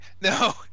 no